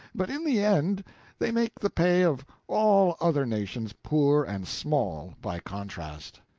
but in the end they make the pay of all other nations poor and small by contrast.